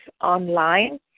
online